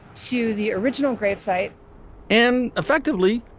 to the original gravesite and effectively.